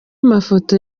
mafoto